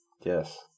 Yes